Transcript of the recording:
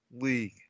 league